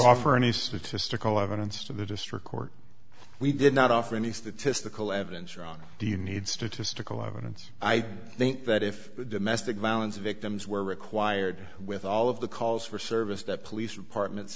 offer any statistical evidence to the district court we did not offer any statistical evidence ron do you need statistical evidence i think that if domestic violence victims were required with all of the calls for service that police departments